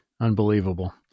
Unbelievable